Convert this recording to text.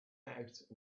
out